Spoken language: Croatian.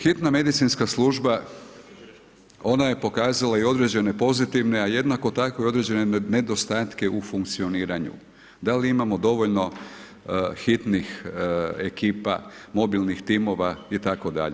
Hitna medicinska služba, ona je pokazala i određene pozitivne a jednako tako i određene nedostatke u funkcioniranju, da li imamo dovoljno hitnih ekipa, mobilnih timova itd.